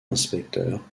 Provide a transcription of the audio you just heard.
inspecteur